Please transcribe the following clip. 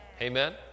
Amen